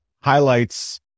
highlights